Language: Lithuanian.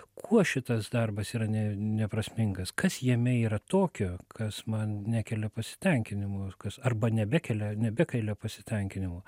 kuo šitas darbas yra ne neprasmingas kas jame yra tokio kas man nekelia pasitenkinimo kas arba nebekelia nebekelia pasitenkinimo